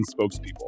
spokespeople